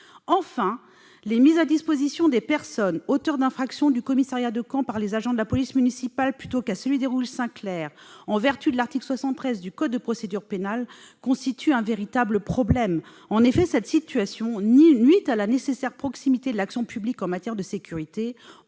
Enfin, les mises à disposition des personnes auteures d'infractions au commissariat de Caen par les agents de la police municipale, plutôt qu'à celui d'Hérouville-Saint-Clair, en vertu de l'article 73 du code de procédure pénale, constituent un véritable problème. En effet, cette situation nuit à la nécessaire proximité de l'action publique en matière de sécurité